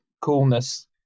coolness